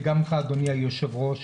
וגם ממך אדוני היושב-ראש,